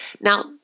Now